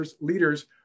leaders